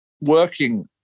working